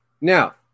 Now